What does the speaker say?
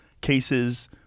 cases